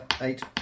eight